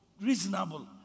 reasonable